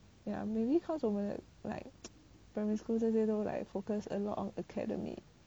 ya maybe cause 我们 like primary school 这些都 like focused a lot of academics